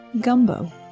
Gumbo